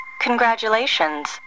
Congratulations